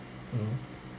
mm